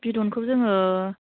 बिदनखौ जोङो